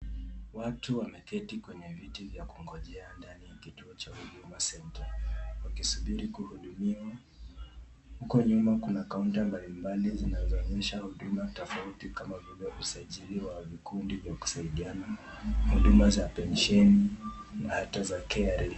Watu wameketi kwenye viti vya kungojea ndani ya kituo cha Huduma Centre wakisubiri kuhudumiwa. Huko nyuma kuna kaunta mbalimbali zinazoonyesha huduma tofauti kama vile usajili wa vikundi vya kusaidiana, huduma za pensheni , na hata za KRA .